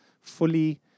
fully